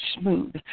smooth